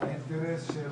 האינטרס של